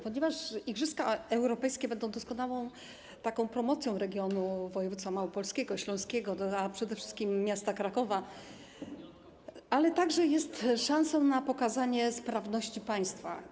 Ponieważ igrzyska europejskie będą doskonałą promocją regionu województwa małopolskiego, śląskiego, a przede wszystkim miasta Krakowa, ale także szansą na pokazanie sprawności państwa.